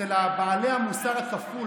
אצל בעלי המוסר הכפול,